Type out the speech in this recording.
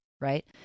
Right